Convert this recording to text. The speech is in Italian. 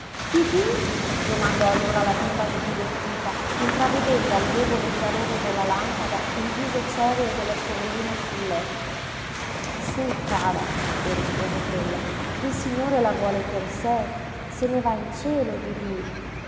là didí domandò allora la bimba sbigottita intravedendo al debole chiarore della lampada il viso cereo della sorellina sul letto sí cara le rispose quella il signore la vuole per sé se ne va in cielo didí in